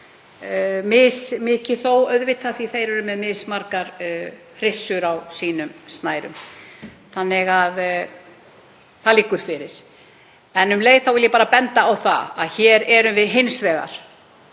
mismikið þó auðvitað af því þeir eru með mismargar hryssur á sínum snærum. Þannig að það liggur fyrir. En um leið vil ég benda á að hér erum við hins vegar